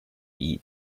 eat